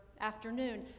afternoon